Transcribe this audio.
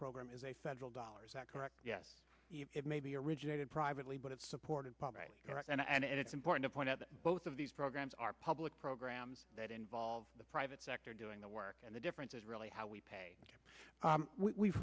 program is a federal dollars that correct yes it may be originated privately but it's supported by iran and it's important to point out that both of these programs are public programs that involve the private sector doing the work and the difference is really how we pay